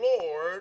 Lord